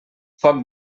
foc